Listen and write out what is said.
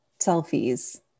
selfies